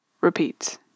repeat